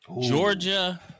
Georgia